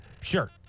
Sure